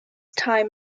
time